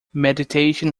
meditation